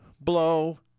blow